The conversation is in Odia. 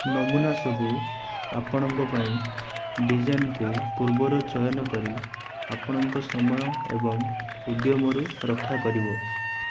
ନମୁନା ସବୁ ଆପଣଙ୍କ ପାଇଁ ଡିଜାଇନ୍କୁ ପୂର୍ବରୁ ଚୟନ କରି ଆପଣଙ୍କ ସମୟ ଏବଂ ଉଦ୍ୟମରୁ ରକ୍ଷା କରିବ